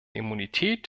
immunität